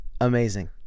amazing